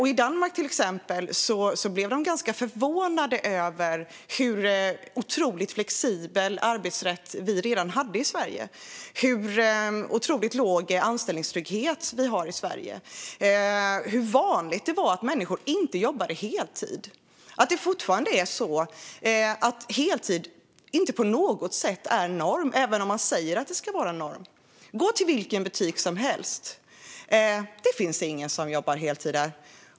I Danmark blev de ganska förvånade över vilken otroligt flexibel arbetsrätt vi redan hade i Sverige, hur otroligt låg anställningstrygghet vi hade i Sverige och hur vanligt det var att människor inte jobbade heltid. Det är fortfarande så att heltid inte på något sätt är norm även om man säger att det ska vara norm. Gå till vilken butik som helst! Det finns ingen som jobbar heltid där.